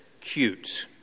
cute